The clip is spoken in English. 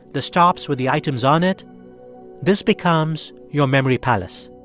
the stops with the items on it this becomes your memory palace